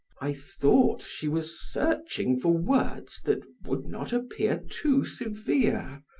i thought she was searching for words that would not appear too severe,